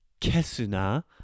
kesuna